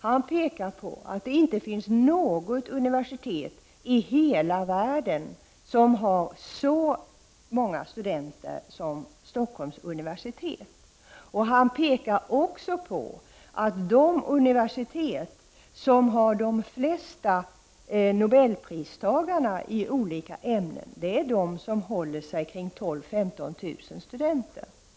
Han pekar på att det inte finns något universitet i hela världen som har så många studenter som Stockholms universitet. Han pekar också på att de universitet som har de flesta Nobelpristagarna i olika ämnen håller sig kring 12 000-15 000 studenter.